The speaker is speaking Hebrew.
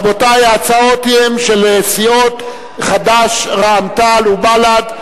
רבותי, ההצעות הן של סיעות חד"ש, רע"ם-תע"ל ובל"ד.